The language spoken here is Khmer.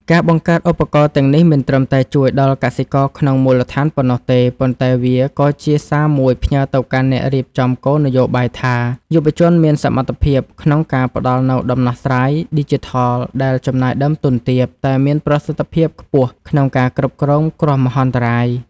ការបង្កើតឧបករណ៍ទាំងនេះមិនត្រឹមតែជួយដល់កសិករក្នុងមូលដ្ឋានប៉ុណ្ណោះទេ ប៉ុន្តែវាក៏ជាសារមួយផ្ញើទៅកាន់អ្នករៀបចំគោលនយោបាយថា យុវជនមានសមត្ថភាពក្នុងការផ្ដល់នូវដំណោះស្រាយឌីជីថលដែលចំណាយដើមទុនទាប តែមានប្រសិទ្ធភាពខ្ពស់ក្នុងការគ្រប់គ្រងគ្រោះមហន្តរាយ។